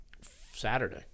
Saturday